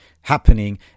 happening